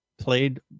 played